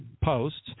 posts